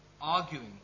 arguing